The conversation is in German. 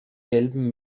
gelben